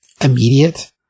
immediate